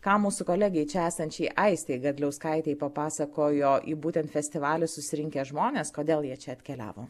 ką mūsų kolegei čia esančiai aistei gadliauskaitei papasakojo į būtent festivalį susirinkę žmonės kodėl jie čia atkeliavo